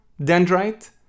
dendrite